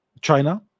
China